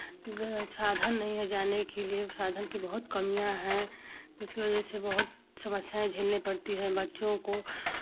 साधन नहीं है जाने के लिए साधन की बहुत कमियाँ हैं इसी वजह से बहुत समस्याएं झेलनी पड़ती हैं बच्चों को